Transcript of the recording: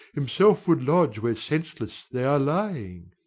himself would lodge where, senseless, they are lying!